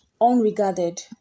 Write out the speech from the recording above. unregarded